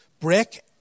Break